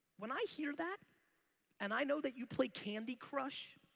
when i hear that and i know that you play candy crush